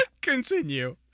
Continue